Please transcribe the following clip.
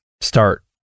start